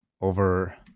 over